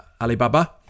Alibaba